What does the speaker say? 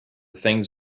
things